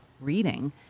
reading